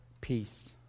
peace